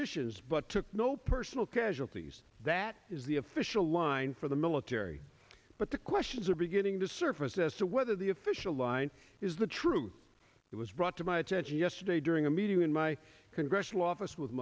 itions but took no personal casualties that is the official line for the military but the questions are beginning to surface as to whether the official line is the truth that was brought to my attention yesterday during a meeting in my congressional office w